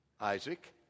Isaac